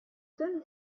soon